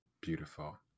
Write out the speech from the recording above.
Beautiful